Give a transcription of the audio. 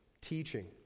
teaching